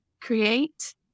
Create